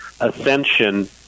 ascension